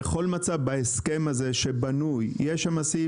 בכל מצב בהסכם הזה שבנוי יש שם סעיף